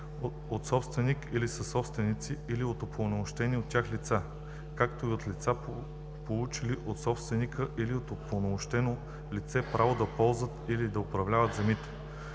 от съсобственик или съсобственици, или от упълномощено от тях лице, както и от лице, получило от собственика или от упълномощеното лице право да ползва или да управлява земите.